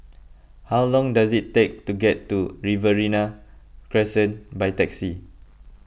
how long does it take to get to Riverina Crescent by taxi